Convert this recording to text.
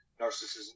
narcissism